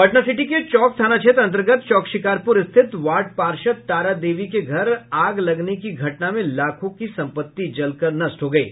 Patna city के चौक थाना क्षेत्र अन्तर्गत चौकशिकारपुर स्थित वार्ड पार्षद तारा देवी के घर आग लगने की घटना में लाखों की सम्पत्ति जल कर नष्ट हो गयी